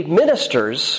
ministers